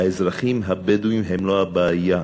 האזרחים הבדואים אינם הבעיה,